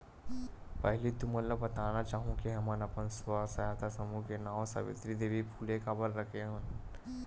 पहिली तुमन ल बताना चाहूँ के हमन अपन स्व सहायता समूह के नांव सावित्री देवी फूले काबर रखे हवन